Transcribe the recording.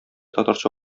татарча